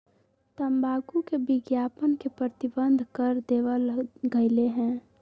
तंबाकू के विज्ञापन के प्रतिबंध कर देवल गयले है